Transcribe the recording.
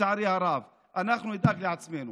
לצערי הרב, אנחנו נדאג לעצמנו.